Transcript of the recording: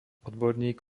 odborník